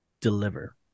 Deliver